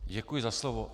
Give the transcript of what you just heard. Děkuji za slovo.